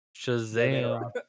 Shazam